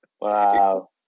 Wow